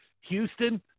Houston